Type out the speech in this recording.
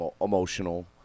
emotional